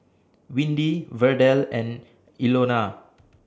Windy Verdell and Ilona